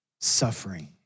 suffering